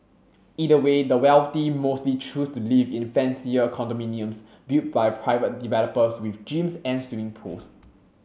either way the wealthy mostly choose to live in fancier condominiums built by private developers with gyms and swimming pools